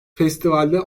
festivalde